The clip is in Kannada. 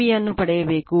P ಅನ್ನು ಪಡೆಯಬೇಕು